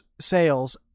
sales